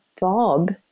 Bob